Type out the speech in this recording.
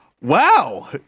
Wow